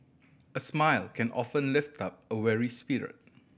a smile can often lift up a weary spirit